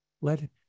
Let